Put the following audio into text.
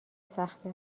سخته